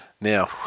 Now